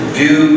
view